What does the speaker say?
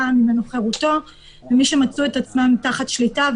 ממנו חירותו ומצא את עצמו תחת שליטה,